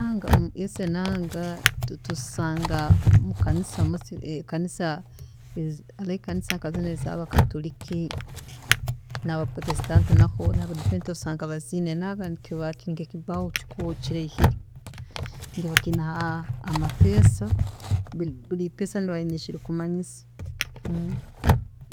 ﻿Ezi enanga tuzisaanga mu kanisa mostly, ekanisa nkazinu ezabakatoriki hamu naaba protestant nabo, naaba advent osanga baziine, nikiba kiri nke’ekibaho kireihire, nikiba kiine amapeesa, buri buri ipeesa niriba riine eki ririkumanyisa.